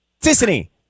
Disney